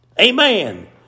Amen